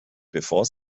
bevor